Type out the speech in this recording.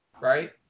right